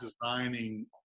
designing